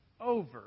over